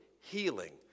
healing